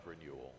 renewal